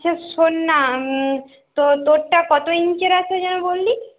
আচ্ছা শোন না তো তোরটা কত ইঞ্চের আছে যেন বললি